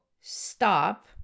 stop